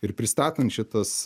ir pristatant šitas